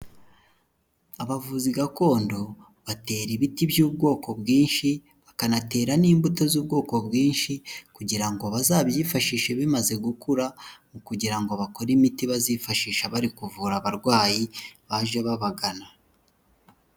Abavuzi gakondo batera ibiti by'ubwoko bwinshi bakanatera n'imbuto z'ubwoko bwinshi, kugira ngo bazabyifashishe bimaze gukura mu kugira ngo bakore imiti bazifashisha bari kuvura abarwayi baje babagana.